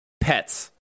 pets